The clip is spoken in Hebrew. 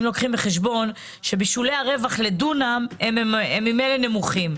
אם לוקחים בחשבון ששולי הרווח לדונם ממילא נמוכים,